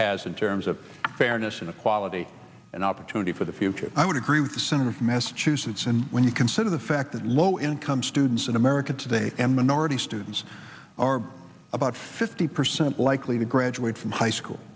has in terms of fairness and equality and opportunity for the future i would agree with the senator from massachusetts and when you consider the fact of low income students in america today and minority students are about fifty percent likely to graduate from high school